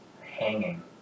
hanging